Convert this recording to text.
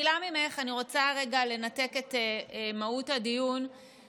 אני רוצה רגע לנתק את מהות הדיון ולהתייחס